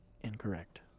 Incorrect